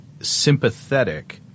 sympathetic